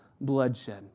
bloodshed